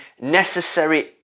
necessary